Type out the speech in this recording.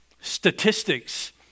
statistics